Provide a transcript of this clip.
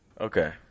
Okay